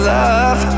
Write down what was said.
love